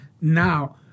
now